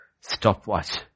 stopwatch